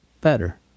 Better